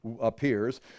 appears